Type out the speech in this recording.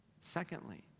Secondly